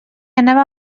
anava